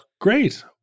great